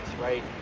right